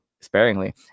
sparingly